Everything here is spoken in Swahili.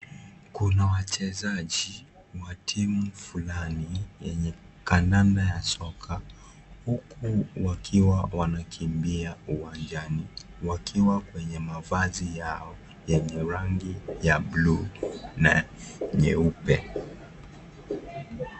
Kuna wachezaji wa timu fulani yenye kaname ya soka huku wakiwa wanakimbia uwanjani, wakiwa kwenye mavazi yao yenye rangi ya bluu na nyeupe.